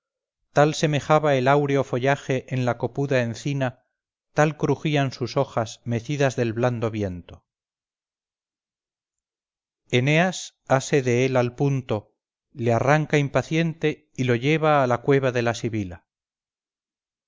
tal semejaba el áureo follaje en la copuda encina tal crujían sus hojas mecidas del blando viento eneas ase de él al punto le arranca impaciente y lo lleva a la cueva de la sibila